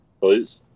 please